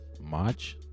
march